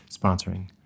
sponsoring